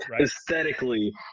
Aesthetically